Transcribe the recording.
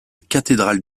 cathédrale